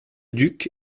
duc